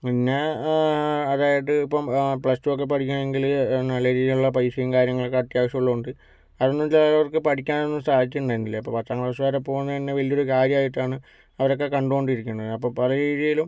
പിന്നെ അതായത് ഇപ്പം പ്ലസ്ടുവൊക്കെ പഠിക്കണങ്കില് നല്ല രീതിലൊള്ള പൈസയും കാര്യങ്ങളൊക്കെ അത്യാവശ്യമുള്ളത് കൊണ്ട് അതൊന്നും ഇല്ലാതിരുന്നവർക്ക് പഠിക്കാൻ ഒന്നും സാധിച്ചിട്ടുണ്ടായിരുന്നില്ല അപ്പോൾ പത്താം ക്ലാസ് വരെ പോകുന്നത് തന്നെ വലിയൊരു കാര്യായിട്ടാണ് അവരൊക്കെ കണ്ടോണ്ടിരിക്കണത് അപ്പ പല രീതിയിലും